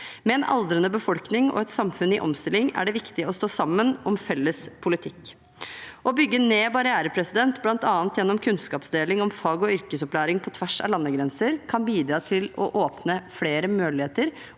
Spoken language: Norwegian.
Med en aldrende befolkning og et samfunn i omstilling er det viktig å stå sammen om felles politikk. Å bygge ned barrierer bl.a. gjennom kunnskapsdeling om fag- og yrkesopplæring på tvers av landegrenser kan bidra til å åpne flere muligheter